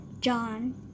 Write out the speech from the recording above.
john